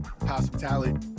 Hospitality